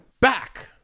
back